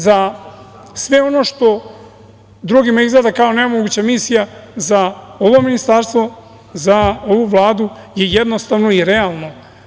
Za sve ono što drugima izgleda kao nemoguća misija, za ovo ministarstvo, za ovu Vladu je jednostavno i realno.